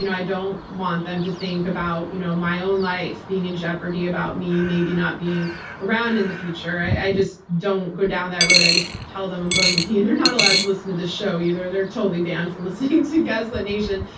i don't want them to think about you know my own life being in jeopardy, about me maybe not being around in the future. i just don't go down that road. i just tell them i'm going to be, and they're not allowed to listen to this show either. they're totally banned from listening to gaslit nation.